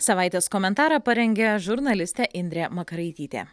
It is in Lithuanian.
savaitės komentarą parengė žurnalistė indrė makaraitytė